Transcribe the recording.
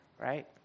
right